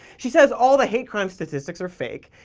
she says all the hate crime statistics are fake.